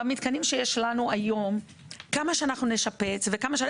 כמה שנשפץ את המתקנים,